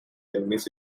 enemies